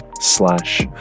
slash